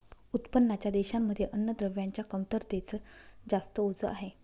उत्पन्नाच्या देशांमध्ये अन्नद्रव्यांच्या कमतरतेच जास्त ओझ आहे